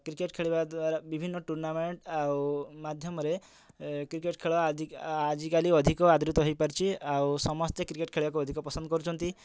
cricket ଖେଳିବା ଦ୍ଵାରା ବିଭିନ୍ନ ଟୁର୍ଣ୍ଣାମେଣ୍ଟ ଆଉ ମାଧ୍ୟମରେ କ୍ରିକେଟ୍ ଖେଳ ଆଜି ଆଜିକାଲି ଅଧିକ ଆଦୃତ ହେଇପାରିଛି ଆଉ ସମସ୍ତେ କ୍ରିକେଟ୍ ଖେଳିବାକୁ ଅଧିକ ପସନ୍ଦ କରୁଛନ୍ତି